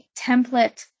template